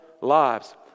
lives